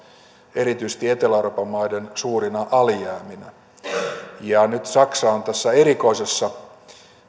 erityisesti etelä euroopan maiden suurina alijääminä nyt saksa on tässä erikoisessa